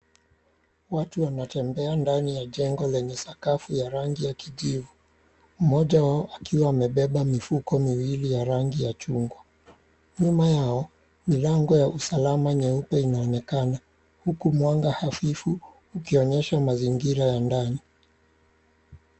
Watu wanatembea ndani ya jengo lenye sakafu ya rangi ya kijivu, mmoja wao akiwa amebeba mifuko miwili ya rangi ya chungwa, nyuma yao milango ya usalama nyeupe inaonekana huku mwanga hafifu ikionyesha mazingira ya ndani.